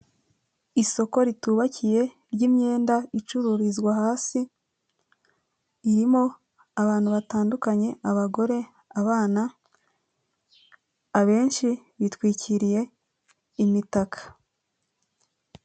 Isoko ritubakiye ry'imyenda icururizwa hasi, irimo abantu batandukanye abagore abana abenshi bitwikiriye imitaka.